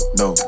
no